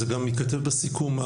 זה גם ירשם בסיכום,